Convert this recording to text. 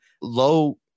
low